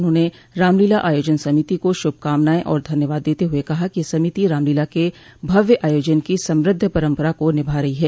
उन्होंने रामलीला आयोजन समिति को शुभकामनाएं और धन्यवाद देते हुए कहा कि यह समिति रामलीला के भव्य आयोजन की समृद्ध परम्परा को निभा रही है